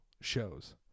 shows